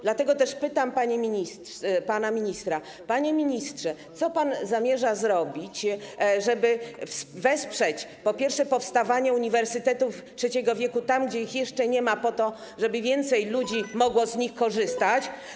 Dlatego też pytam pana ministra: Panie ministrze, co pan zamierza zrobić, żeby, po pierwsze, wesprzeć powstawanie uniwersytetów trzeciego wieku, tam gdzie ich jeszcze nie ma, po to, żeby więcej ludzi mogło z nich korzystać?